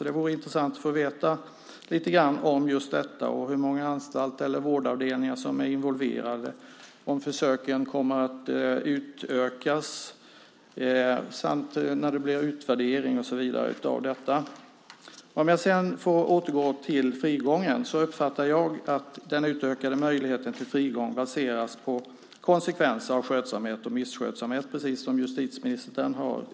Det vore intressant att få veta lite grann om just detta, hur många anstalter eller vårdavdelningar som är involverade, om försöken kommer att utökas, när det hela utvärderas och så vidare. Om jag sedan får återgå till frigången uppfattar jag att den utökade möjligheten till frigång baseras på konsekvenser av skötsamhet och misskötsamhet, precis som justitieministern sade.